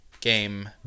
game